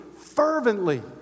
fervently